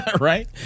right